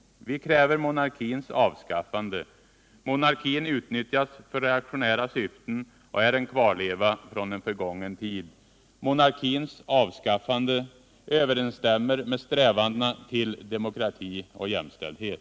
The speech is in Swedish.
Vi kräver monarkins avskaffande. Monarkin utnyttjas för reaktionära syften och är en kvarleva från en förgången tid. Monarkins avskaffande överensstämmer med strävandena för demokrati och jämställdhet.